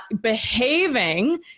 behaving